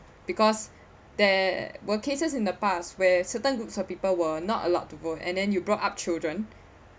because there were cases in the past where certain groups of people were not allowed to vote and then you brought up children